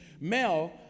Mel